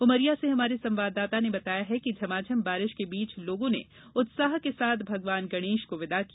उमरिया से हमारे संवाददाता ने बताया है कि झमाझम बारिश के बीच लोगों ने उत्साह के साथ भगवान गणेश को विदा किया